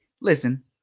listen